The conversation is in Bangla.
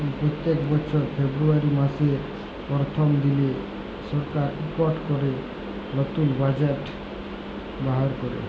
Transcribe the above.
প্যত্তেক বছর ফেরবুয়ারি ম্যাসের পরথম দিলে সরকার ইকট ক্যরে লতুল বাজেট বাইর ক্যরে